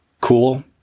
cool